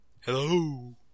Hello